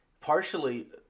partially